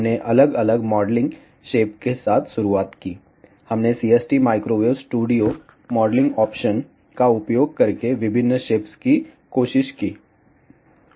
हमने अलग अलग मॉडलिंग शेप के साथ शुरुआत की हमने CST microwave studio modelling option का उपयोग करके विभिन्न शेप्स की कोशिश की